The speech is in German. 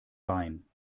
bein